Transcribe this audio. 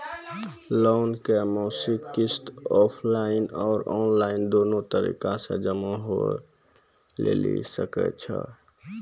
Loan के मासिक किस्त ऑफलाइन और ऑनलाइन दोनो तरीका से जमा होय लेली सकै छै?